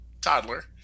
toddler